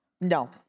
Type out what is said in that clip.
No